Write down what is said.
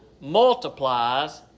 multiplies